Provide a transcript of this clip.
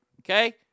okay